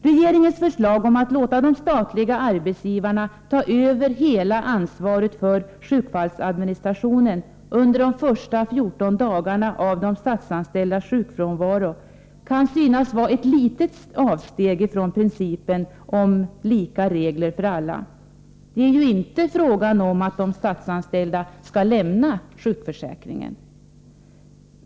Regeringens förslag om att låta de statliga arbetsgivarna ta över hela ansvaret för sjukfallsadministrationen under de första 14 dagarna av de statsanställdas sjukfrånvaro kan synas vara ett litet avsteg från principen om lika regler för alla. Det är ju inte fråga om att de statsanställda skall lämna sjukförsäkringen.